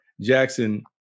Jackson